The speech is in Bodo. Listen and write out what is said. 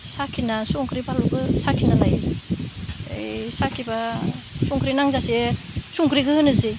साखिना संख्रि फानलुखौ साखिना नायो ओइ साखिबा संख्रै नांजासे संख्रैखौ होनोसै